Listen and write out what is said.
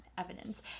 evidence